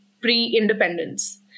pre-independence